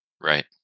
Right